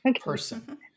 person